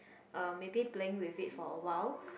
uh maybe playing with it for awhile